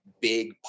big